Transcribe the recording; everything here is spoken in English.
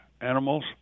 animals